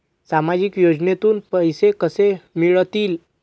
सामाजिक योजनेतून पैसे कसे मिळतील?